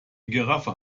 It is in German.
giraffe